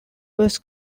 was